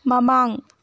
ꯃꯃꯥꯡ